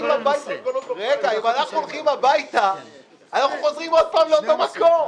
זה לא חלק מאותו הסכום.